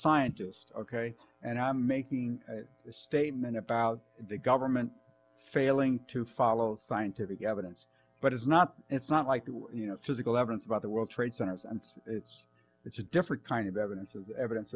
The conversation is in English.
scientist ok and i'm making this statement about the government failing to follow scientific evidence but it's not it's not like you know physical evidence about the world trade centers and so it's it's a different kind of evidence is evidence